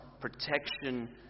protection